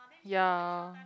ya